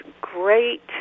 great